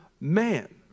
man